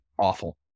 awful